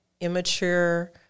immature